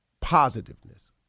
positiveness